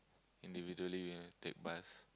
individually we take bus